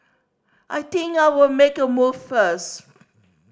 I think I'll make a move first